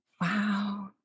wow